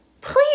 Please